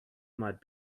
might